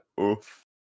Oof